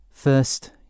First